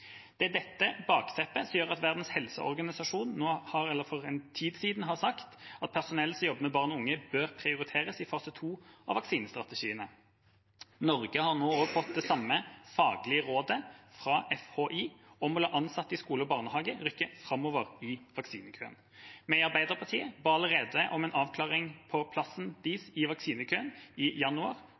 Det er dette bakteppet som gjør at Verdens helseorganisasjon for en tid siden har sagt at personell som jobber med barn og unge, bør prioriteres i fase 2 av vaksinestrategiene. Norge har nå fått det samme faglige rådet fra FHI om å la ansatte i skole og barnehage rykke framover i vaksinekøen. Vi i Arbeiderpartiet ba allerede i januar om en avklaring av plassen deres i vaksinekøen.